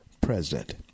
president